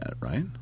right